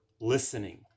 listening